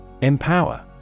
Empower